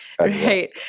right